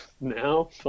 now